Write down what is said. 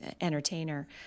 entertainer